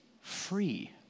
free